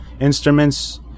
instruments